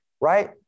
right